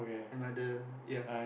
another ya